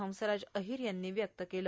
हंसराज अहीर यांनी व्यक्त केले